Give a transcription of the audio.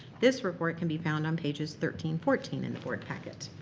this report can be found on pages thirteen fourteen in the board packet.